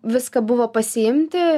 viską buvo pasiimti